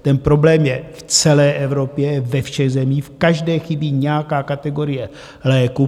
Ten problém je v celé Evropě, ve všech zemích, v každé chybí nějaká kategorie léků.